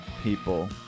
people